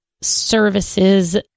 services